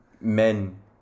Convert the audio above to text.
men